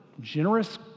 generous